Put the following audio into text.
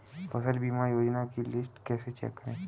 फसल बीमा योजना की लिस्ट कैसे चेक करें?